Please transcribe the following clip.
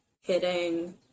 hitting